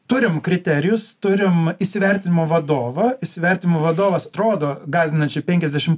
turim kriterijus turim įsivertinimo vadovą įsivertinimo vadovas atrodo gąsdinančiai penkiasdešimt